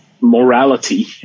morality